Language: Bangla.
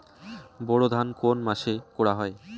বোরো ধান কোন মাসে করা হয়?